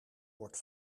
wordt